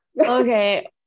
okay